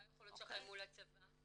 מה היכולות שלכם מול הצבא?